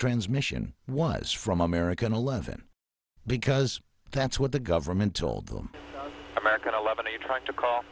transmission was from american eleven because that's what the government told them american eleven he tried to call